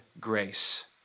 grace